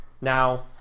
Now